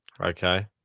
Okay